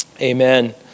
amen